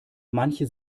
manche